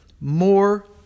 More